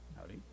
Howdy